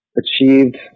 achieved